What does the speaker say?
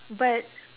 but